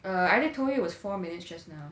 err I already told you it was four minutes just now